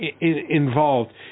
involved